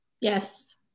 yes